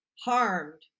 harmed